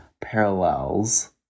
parallels